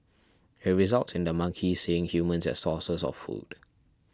it results in the monkeys seeing humans as sources of food